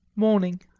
morning.